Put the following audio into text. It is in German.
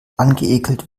angeekelt